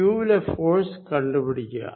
q വിലെ force കണ്ടുപിടിക്കുക